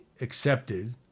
accepted